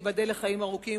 ייבדל לחיים ארוכים,